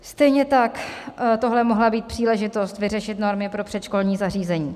Stejně tak tohle mohla být příležitost vyřešit normy pro předškolní zařízení.